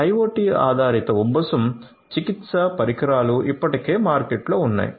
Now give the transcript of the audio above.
IOT ఆధారిత ఉబ్బసం చికిత్స పరిష్కారాలు ఇప్పటికే మార్కెట్లో ఉన్నాయి